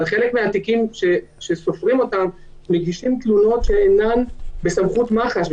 אבל בחלק מהתיקים מגישים תלונות שאינן בסמכות מח"ש,